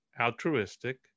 altruistic